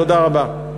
תודה רבה.